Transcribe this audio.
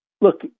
look